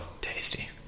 tasty